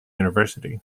university